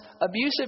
abusive